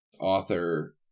author